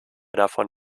davon